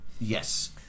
Yes